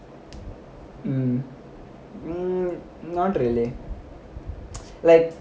mm not really like